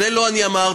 זה לא אני אמרתי,